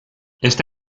este